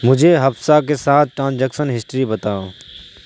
مجھے حفصہ کے ساتھ ٹانجکسن ہسٹری بتاؤ